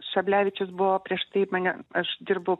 šablevičius buvo prieš tai mane aš dirbau